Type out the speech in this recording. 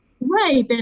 Right